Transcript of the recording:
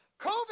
COVID